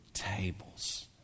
tables